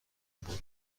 بود